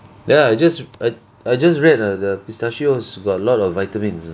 ya I just I I just read know the pistachios got a lot of vitamins know